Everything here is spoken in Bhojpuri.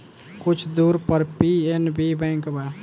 कुछ दूर पर पी.एन.बी बैंक बा